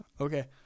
Okay